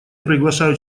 приглашаю